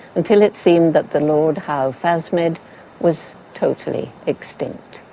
until it seemed that the lord howe phasmid was totally extinct.